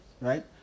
right